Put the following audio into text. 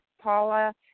Paula